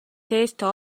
tastes